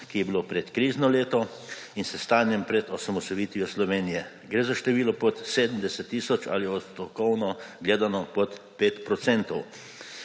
ki je bilo predkrizno leto, in s stanjem pred osamosvojitvijo Slovenije. Gre za število pod 70 tisoč ali odstotkovno gledano pod 5 procentov.